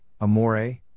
Amore